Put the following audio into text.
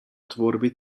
tvorby